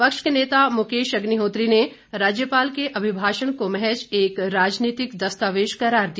विपक्ष के नेता मुकेश अग्निहोत्री ने राज्यपाल के अभिभाषण को महज एक राजनीतिक दस्तावेज करार दिया